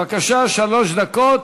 בבקשה, שלוש דקות.